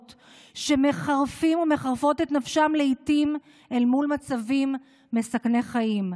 שמחרפים ומחרפות את נפשם לעיתים אל מול מצבים מסכני חיים.